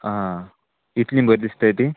आं इतलीं बरें दिसताय तीं